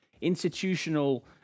Institutional